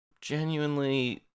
genuinely